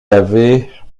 avait